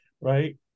Right